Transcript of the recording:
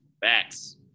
Facts